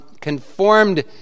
conformed